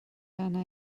arna